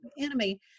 enemy